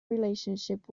relationship